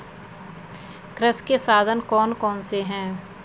कृषि के साधन कौन कौन से हैं?